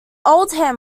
oldham